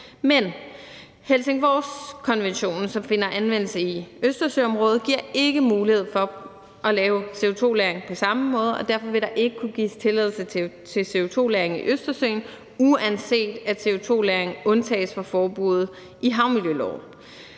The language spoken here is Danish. Men Helsingforskonventionen, som finder anvendelse i Østersøområdet, giver ikke mulighed for at lave CO2-lagring på samme måde, og derfor vil der ikke kunne gives tilladelse til CO2-lagring i Østersøen, uanset at CO2-lagring undtages fra forbuddet i havmiljøloven.